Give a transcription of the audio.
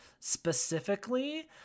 specifically